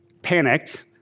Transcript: panicked,